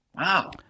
Wow